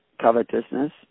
covetousness